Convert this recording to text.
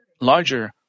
larger